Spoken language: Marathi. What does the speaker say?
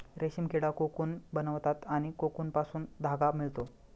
रेशीम किडा कोकून बनवतात आणि कोकूनपासून धागा मिळतो